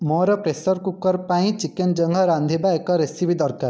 ମୋର pressure cooker ପାଇଁ chicken ଜଙ୍ଘ ରାନ୍ଧିବା ଏକ ରେସିପି ଦରକାର